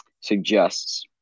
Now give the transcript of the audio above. suggests